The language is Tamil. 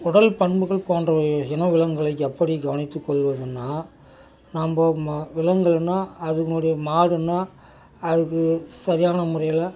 உடல் பண்புகள் போன்ற இன விலங்குகளை எப்படி கவனித்து கொள்வதுனால் நம்ம ப விலகுகள்னால் அதனுடைய மாடுனால் அதுக்கு சரியான முறையில்